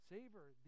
Savor